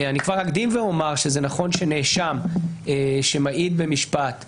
אני כבר אקדים ואומר שזה נכון שנאשם שמעיד במשפט,